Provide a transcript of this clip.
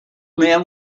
man